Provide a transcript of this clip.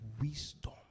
wisdom